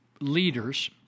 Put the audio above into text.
leaders